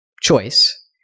choice